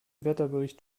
wetterbericht